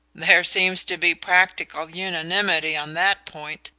there seems to be practical unanimity on that point,